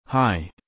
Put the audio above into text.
Hi